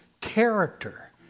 character